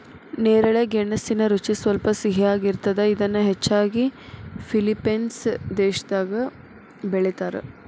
ನೇರಳೆ ಗೆಣಸಿನ ರುಚಿ ಸ್ವಲ್ಪ ಸಿಹಿಯಾಗಿರ್ತದ, ಇದನ್ನ ಹೆಚ್ಚಾಗಿ ಫಿಲಿಪೇನ್ಸ್ ದೇಶದಾಗ ಬೆಳೇತಾರ